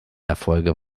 erfolge